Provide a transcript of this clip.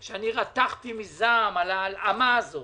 אני רתחתי מזעם על ההלאמה הזאת